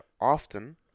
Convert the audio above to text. often